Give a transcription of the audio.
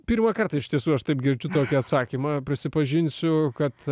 pirmą kartą iš tiesų aš taip girdžiu tokį atsakymą prisipažinsiu kad